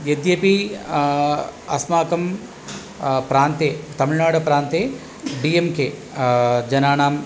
यद्यपि अस्माकं प्रान्ते तमिळुनाड् प्रान्ते डि एन् के जनानां